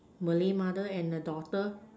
Malay mother and a daughter